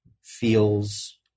feels